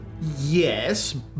Yes